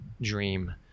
dream